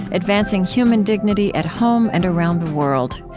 advancing human dignity at home and around the world.